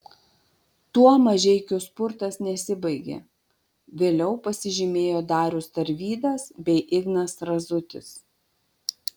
tuo mažeikių spurtas nesibaigė vėliau pasižymėjo darius tarvydas bei ignas razutis